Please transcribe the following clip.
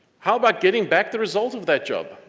how about getting back the result of that job?